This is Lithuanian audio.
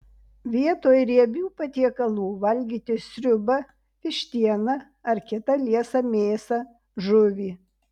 vietoj riebių patiekalų valgyti sriubą vištieną ar kitą liesą mėsą žuvį